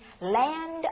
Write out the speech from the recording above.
land